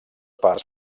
parts